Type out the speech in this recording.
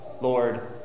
Lord